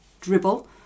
dribble